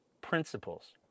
Principles